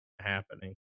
happening